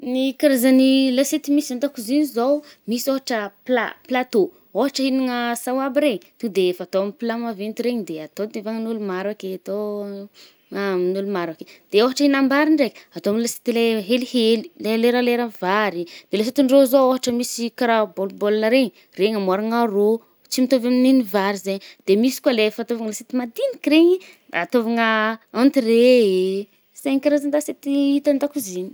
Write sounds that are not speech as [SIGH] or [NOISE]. Ny karazan’ny l’assiette misy andaàkozia zaoo, misy ôhatra pla, plateau, ôhatra înagna saoaba regny, to de efa atô amy plat maventy regny de atô tevagnan’olo maro ake, atô [HESITATION] amin’olo maro ake. De ôhatry îgnam-bary ndrey amy l’assiette le helihely, le leralera vary i, de l’assiette-ndrô zao ôhatra misy karaha bol-bol regny. Regny amboàragna rô. Tsy mitôvy amy nen’ny vary zay. De misy koà le fatoàvagna assiette madiniky regny i, atôvagna [HESITATION] entrée, zaigny karazana assiette hita an-dakozia igny.